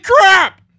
crap